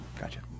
Gotcha